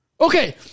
Okay